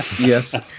Yes